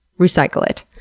recycle it.